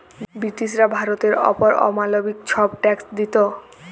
ব্রিটিশরা ভারতের অপর অমালবিক ছব ট্যাক্স দিত